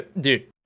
Dude